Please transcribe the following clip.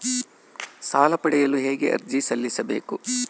ಸಾಲ ಪಡೆಯಲು ಹೇಗೆ ಅರ್ಜಿ ಸಲ್ಲಿಸಬೇಕು?